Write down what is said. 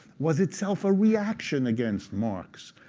was itself a reaction against marx.